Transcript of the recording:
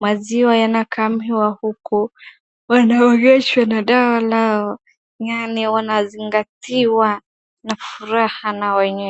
maziwa yanakamiwa huku, wanaogeshwa na dawa lao, yaani wanazingatiwa na furaha na wenyewe.